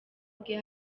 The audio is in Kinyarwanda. bwe